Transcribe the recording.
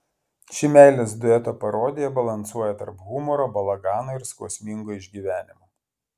ši meilės dueto parodija balansuoja tarp humoro balagano ir skausmingo išgyvenimo